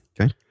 Okay